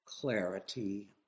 clarity